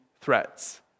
threats